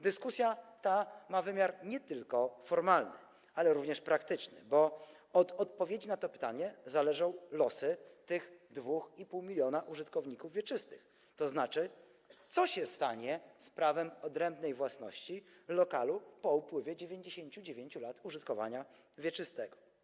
Dyskusja ta ma wymiar nie tylko formalny, ale również praktyczny, bo od odpowiedzi na to pytanie zależą losy tych 2,5 mln użytkowników wieczystych, tzn. na pytanie, co się stanie z prawem odrębnej własności lokalu po upływie 99 lat użytkowania wieczystego.